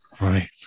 Right